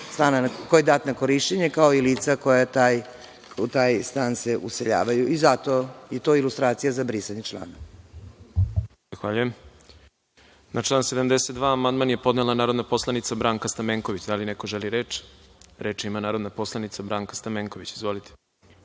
koji je dat na korišćenje, kao i lica koja se u taj stan useljavaju. Zato je to ilustracija za brisanje člana. **Đorđe Milićević** Zahvaljujem. Na član 72. amandman je podnela narodni poslanik Branka Stamenković. Da li neko želi reč? Reč ima narodna poslanica Branka Stamenković. Izvolite.